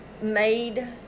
made